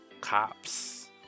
cops